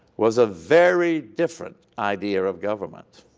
was a very different idea of government.